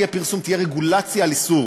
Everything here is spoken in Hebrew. לשמור על התושבים מדרום למעלה-אדומים,